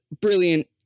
brilliant